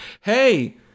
hey